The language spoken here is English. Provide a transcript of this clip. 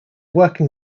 working